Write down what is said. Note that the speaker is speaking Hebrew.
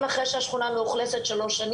אם יש לממשלה תוכניות להפחתת הצפיפות